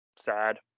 sad